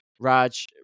Raj